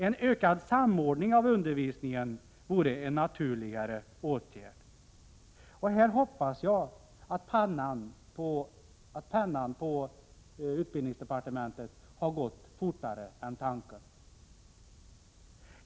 En ökad samordning av undervisningen vore en naturligare åtgärd. Här hoppas jag att pennan på utbildningsdepartementet har gått fortare än tanken.